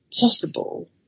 possible